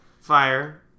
fire